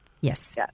Yes